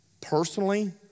personally